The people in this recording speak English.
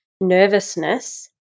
nervousness